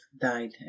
died